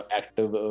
active